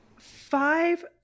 Five